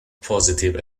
positive